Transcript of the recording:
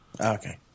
Okay